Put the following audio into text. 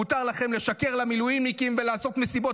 מותר לכם לשקר למילואימניקים ולעשות מסיבות